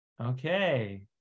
Okay